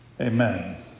Amen